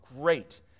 great